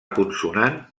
consonant